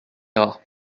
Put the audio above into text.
ira